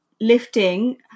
lifting